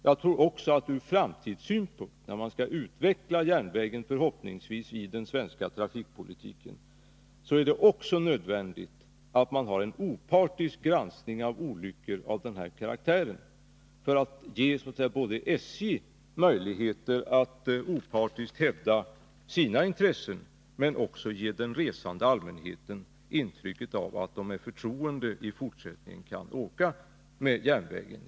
Jag tror också att det även ur framtidssynpunkt — vi skall förhoppningsvis utveckla järnvägen i den svenska trafikpolitiken — är nödvändigt med en opartisk granskning av olyckor av den här omfattningen som nu skett för att ge SJ möjligheter att opartiskt hävda sina intressen men också för att ge den resande allmänheten intrycket att de också i fortsättningen med förtroende kan åka med järnvägen.